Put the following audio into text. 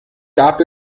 gab